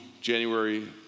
January